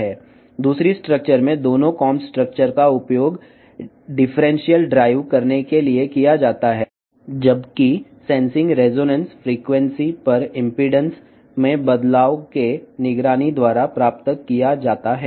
రెండవ నిర్మాణంలో రెండు దువ్వెన నిర్మాణాలు భేదాత్మకంగా నడపడానికి ఉపయోగిస్తారు అయితే సెన్సింగ్ అనేది రెసొనెన్స్ ఫ్రీక్వెన్సీ లో ఇంపెడెన్స్లో మార్పు యొక్క పర్యవేక్షణ ద్వారానే సాధించబడుతుంది